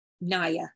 Naya